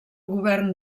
govern